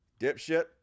Dipshit